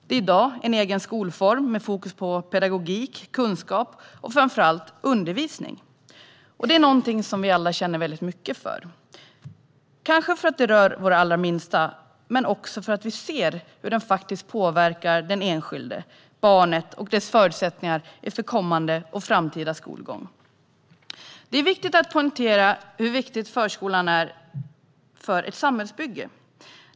Det är en egen skolform med fokus på pedagogik, på kunskap och framför allt på undervisning. Det är något som vi alla känner väldigt mycket för, kanske för att det rör våra allra minsta men också för att vi ser att den påverkar det enskilda barnet och dess förutsättningar inför framtida skolgång. Det är angeläget att poängtera hur viktig förskolan är för samhällsbygget.